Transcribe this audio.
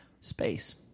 space